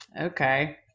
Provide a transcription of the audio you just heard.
Okay